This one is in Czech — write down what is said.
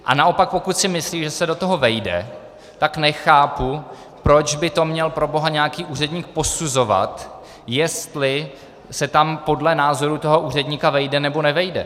A naopak, pokud si myslí, že se do toho vejde, pak nechápu, proč by to měl proboha nějaký úředník posuzovat, jestli se tam podle názoru toho úředníka vejde, nebo nevejde.